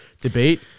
debate